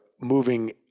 moving